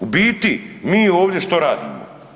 U biti, mi ovdje što radimo?